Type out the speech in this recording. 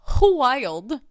wild